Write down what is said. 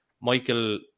Michael